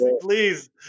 please